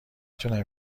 تونم